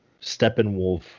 Steppenwolf